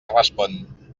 respon